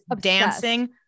dancing